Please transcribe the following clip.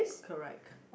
correct